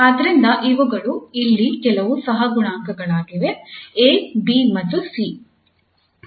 ಆದ್ದರಿಂದ ಇವುಗಳು ಇಲ್ಲಿ ಕೆಲವು ಸಹಗುಣಾಂಕಗಳಾಗಿವೆ 𝐴 𝐵 ಮತ್ತು 𝐶